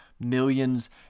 millions